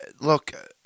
Look